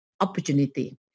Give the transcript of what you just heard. opportunity